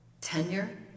tenure